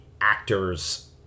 actors